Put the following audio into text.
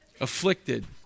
afflicted